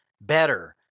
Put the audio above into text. better